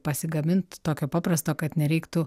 pasigamint tokio paprasto kad nereiktų